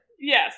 Yes